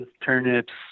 turnips